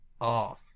off